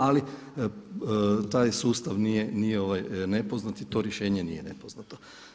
Ali taj sustav nije nepoznat i to rješenje nije nepoznato.